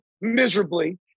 miserably